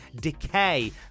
Decay